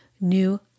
new